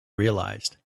realized